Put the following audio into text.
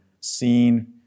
seen